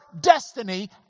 destiny